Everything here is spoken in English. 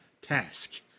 task